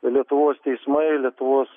lietuvos teismai lietuvos